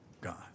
god